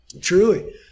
truly